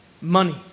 money